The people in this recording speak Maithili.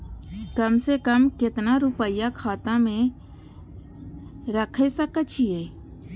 कम से कम केतना रूपया खाता में राइख सके छी?